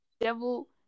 devil